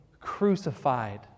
crucified